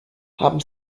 haben